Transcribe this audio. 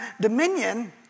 dominion